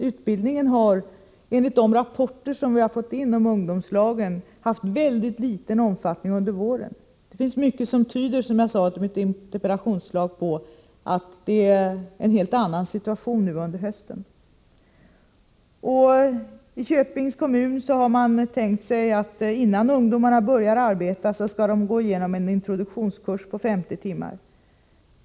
Utbildningen har enligt de rapporter som vi fått in om ungdomslagen haft mycket liten omfattning under våren. Det finns mycket som tyder på, som jag sade i interpellationssvaret, att det är en helt annan situation nu under hösten. I Köpings kommun har man tänkt sig att ungdomarna innan de börjar arbeta skall gå igenom en introduktionskurs på 50 timmar.